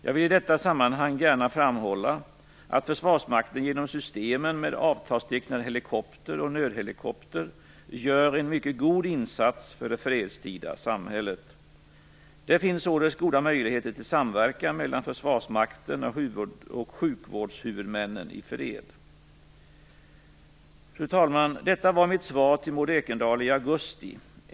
Jag vill i detta sammanhang gärna framhålla att Försvarsmakten genom systemen med avtalstecknad helikopter och nödhelikopter gör en mycket god insats för det fredstida samhället. Det finns således goda möjligheter till samverkan mellan Försvarsmakten och sjukvårdshuvudmännen i fred. Fru talman! Detta var mitt svar till Maud Ekendahl i augusti.